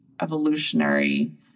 evolutionary